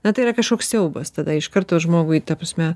na tai yra kažkoks siaubas tada iš karto žmogui ta prasme